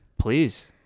Please